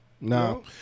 No